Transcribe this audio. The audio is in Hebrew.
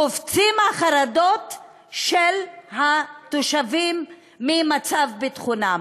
קופצות החרדות של התושבים ממצב ביטחונם.